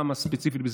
כמה ספציפית בזיקוקים,